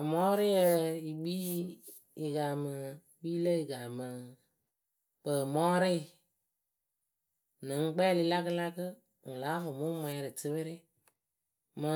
Amɔɔrɩyǝ yǝ kpii yɨ kaamɨ, kpii lǝ yɨ kamɨ kpǝǝmɔɔrɩɩ nɨŋ kpɛɛlɩ lakɨlakɨ ŋwʊ láa fʊʊ mɨ ŋ mwɛɛrɩ tɩpɩrɩ. Mɨ